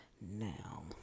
now